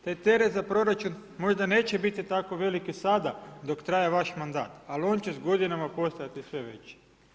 Taj teret za proračun možda neće biti tako veliki sada dok traje vaš mandat, ali on će s godinama postajati sve veći.